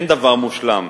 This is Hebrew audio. אין דבר מושלם.